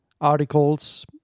articles